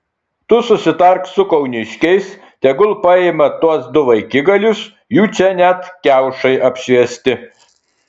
tu susitark su kauniškiais tegul paima tuos du vaikigalius jų čia net kiaušai apšviesti